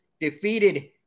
defeated